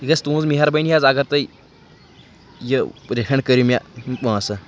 یہِ گژھِ تُہٕنٛز مہربٲنی حظ اگر تُہۍ یہِ رِفنٛڈ کٔرِو مےٚ پونٛسہٕ